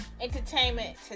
Entertainment